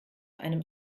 einem